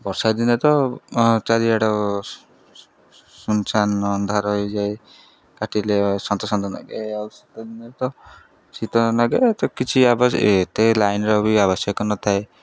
ବର୍ଷା ଦିନେ ତ ଚାରିଆଡ଼ ସୁନ୍ ସାନ୍ ଅନ୍ଧାର ହେଇଯାଏ କାଟିଲେ ସନ୍ତସନ୍ତ ଲାଗେ ଆଉ ଶୀତ ଦିନେ ତ ଶୀତ ଲାଗେ ଏ ତ କିଛି ଆବଶ୍ୟ ଏତେ ଲାଇନ୍ର ବି ଆବଶ୍ୟକ ନଥାଏ